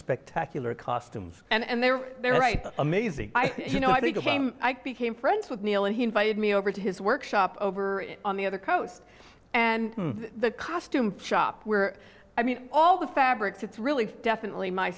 spectacular costumes and they're there right amazing you know i think about i became friends with neal and he invited me over to his workshop over on the other coast and the costume shop where i mean all the fabrics it's really definitely my